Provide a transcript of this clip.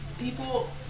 people